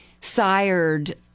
sired